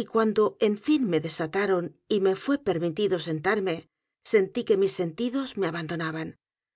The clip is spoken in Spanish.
y cuando en fin me desataron y me fué permitido sentarme sentí que mis sentidos me abandonaban